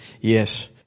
Yes